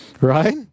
Right